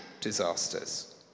disasters